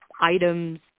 items